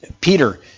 Peter